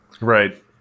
Right